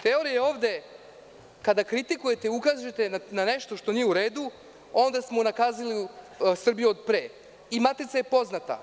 Teorija je ovde kada kritikujete, ukažete na nešto što nije u redu, onda smo unakazili Srbiju od pre i matica je poznata.